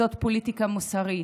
זאת פוליטיקה מוסרית.